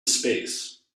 space